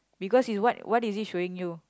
because he's what what is he showing you